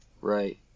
right